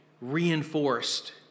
reinforced